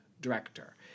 director